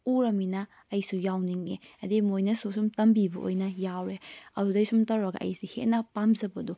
ꯎꯔꯃꯤꯅ ꯑꯩꯁꯨ ꯌꯥꯎꯅꯤꯡꯉꯦ ꯑꯗꯩ ꯃꯣꯏꯅꯁꯨ ꯁꯨꯝ ꯇꯝꯕꯤꯕ ꯑꯣꯏꯅ ꯌꯥꯎꯔꯦ ꯑꯗꯨꯗꯩ ꯁꯨꯝ ꯇꯧꯔꯒ ꯑꯩꯁꯦ ꯍꯦꯟꯅ ꯄꯥꯝꯖꯕꯗꯣ